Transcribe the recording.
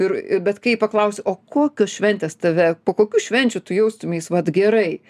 ir bet kaip paklausiu o kokios šventės tave po kokių švenčių tu jaustumeis vat gerai